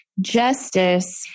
justice